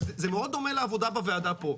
זה מאוד דומה לעבודה בוועדה פה.